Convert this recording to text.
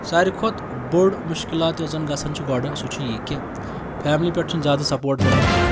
ساروٕے کھۄتہٕ بوٚڑ مُشِکلات یۄس زن گژھان چھِ گۄڈٕ سُہ چھِ یہِ کہِ فیملی پیٹھ چھنہٕ زیادٕ سَپورٹ ملان کیٛنٚہہ